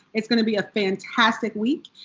it's gonna be a fantastic week.